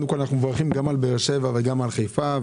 אנחנו מברכים גם על באר שבע וגם על חיפה,